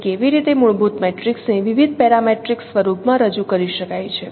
તેથી કેવી રીતે મૂળભૂત મેટ્રિક્સને વિવિધ પેરામેટ્રિક સ્વરૂપમાં રજૂ કરી શકાય છે